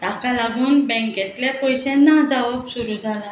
ताका लागून बँकेतले पयशे ना जावप सुरू जालां